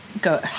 go